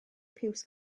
piws